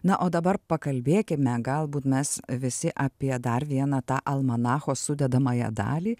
na o dabar pakalbėkime galbūt mes visi apie dar vieną tą almanacho sudedamąją dalį